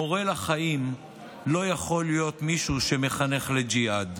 מורה לחיים לא יכול להיות מישהו שמחנך לג'יהאד.